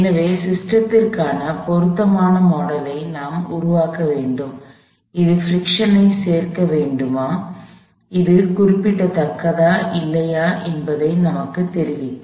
எனவே சிஸ்டத்திற்கான பொருத்தமான மாடலை நாம் உருவாக்க வேண்டும் இது பிரிக்ஷனை சேர்க்க வேண்டுமா அது குறிப்பிடத்தக்கதா இல்லையா என்பதை நமக்குத் தெரிவிக்கும்